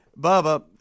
Bubba